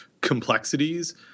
complexities